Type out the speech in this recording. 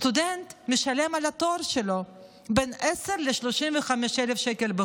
סטודנט משלם על התואר שלו בין 10,000 ל-35,000 שקל.